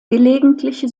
gelegentliche